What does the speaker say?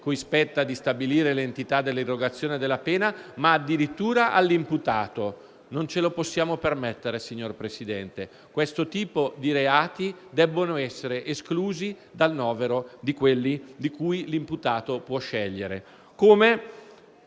cui spetta di stabilire l'entità dell'erogazione della pena, ma, addirittura, all'imputato. Non ce lo possiamo permettere, signor Presidente. Questo tipo di reati debbono essere esclusi dal novero di quelli per cui l'imputato può scegliere,